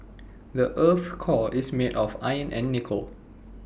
the Earth's core is made of iron and nickel